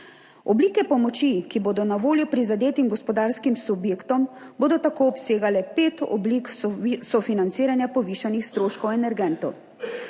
Oblike pomoči, ki bodo na voljo prizadetim gospodarskim subjektom, bodo tako obsegale pet oblik sofinanciranja povišanih stroškov energentov,